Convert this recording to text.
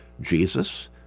Jesus